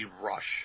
Rush